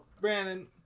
brandon